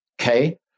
Okay